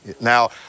now